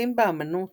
הפרחים באמנות